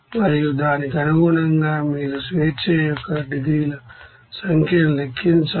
మరియు దానికి అనుగుణంగా మీరు డిగ్రీస్ అఫ్ ఫ్రీడమ్ సంఖ్యను లెక్కించాలి